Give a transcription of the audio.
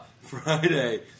Friday